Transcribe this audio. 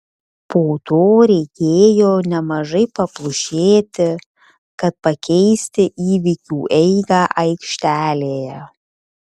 po to reikėjo nemažai paplušėti kad pakeisti įvykių eigą aikštelėje